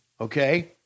Okay